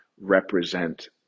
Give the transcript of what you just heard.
represent